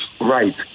right